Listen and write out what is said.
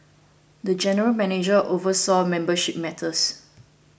the general manager oversaw membership matters